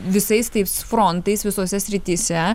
visais tais frontais visose srityse